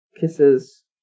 kisses